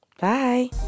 bye